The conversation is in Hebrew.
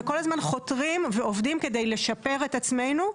וכל הזמן חותרים ועובדים כדי לשפר את עצמנו,